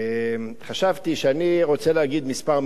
חשבתי שאני רוצה להגיד כמה מלים